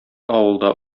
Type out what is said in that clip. авылда